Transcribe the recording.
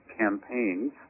campaigns